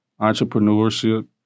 entrepreneurship